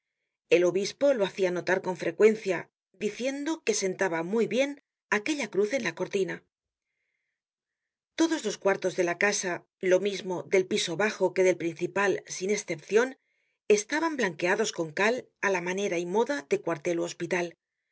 el obispo lo hacia notar con frecuencia diciendo que sentaba muy bien aquella cruz en la cortina todos los cuartos de la casa lo mismo del piso bajo que del principal sin escepcion estaban blanqueados con cal á la manera y moda de cuartel ú hospital